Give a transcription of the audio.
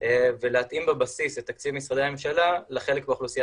ולהתאים בבסיס את תקציב משרדי הממשלה לחלק באוכלוסייה